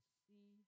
see